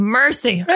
mercy